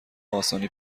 آسانی